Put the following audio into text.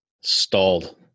stalled